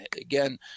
Again